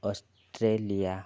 Australia